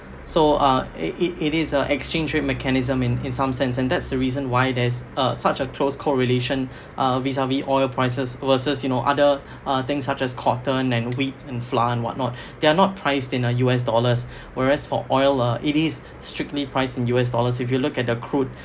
so uh it it it is a exchange in mechanism in in some sense and that's the reason why there's a such a close correlation uh resulting in oil prices versus you know other things such as cotton and wheat and flour and what not they are not priced in the U_S dollars whereas for oil uh it is strictly priced in U_S dollars if you look at the crude